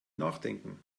nachdenken